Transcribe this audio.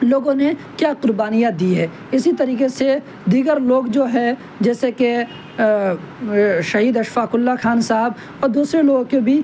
لوگوں نے کیا قربانیاں دی ہے اسی طریقے سے دیگر لوگ جو ہے جیسے کہ شہید اشفاق اللہ خان صاحب اور دوسرے لوگوں کے بھی